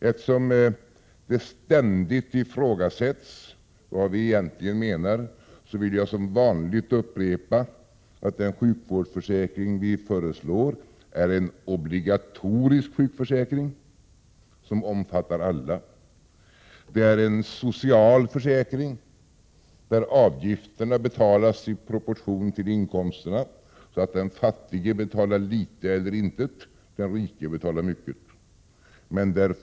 Eftersom det ständigt ifrågasätts vad vi egentligen menar, vill jag som vanligt upprepa att den sjukvårdsförsäkring vi föreslår är en obligatorisk sjukförsäkring som omfattar alla. Den är en social försäkring, där avgifterna betalas i proportion till inkomsterna, så att den fattige betalar litet eller intet och den rike betalar mycket.